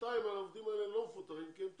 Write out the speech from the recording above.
בינתיים העובדים האלה לא מפוטרים כי הם טובים,